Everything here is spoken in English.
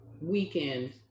weekend